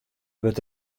wurdt